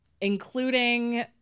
including